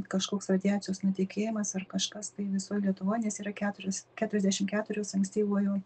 kažkoks radiacijos nutekėjimas ar kažkas tai visoj lietuvoj nes yra keturios keturiasdešimt keturios ankstyvųjų